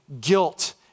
guilt